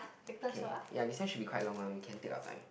K ya this one should be quite long one we can take our time